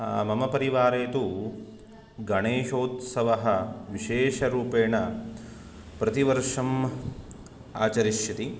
मम परिवारे तु गणेशोत्सवः विशेषरूपेण प्रतिवर्षम् आचरिष्यति